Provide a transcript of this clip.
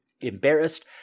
embarrassed